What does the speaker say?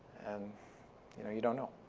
and you don't know.